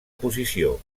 posició